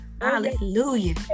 Hallelujah